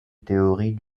théories